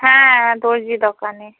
হ্যাঁ দর্জি দোকানি